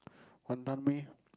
Wanton-Mee